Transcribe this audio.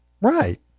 Right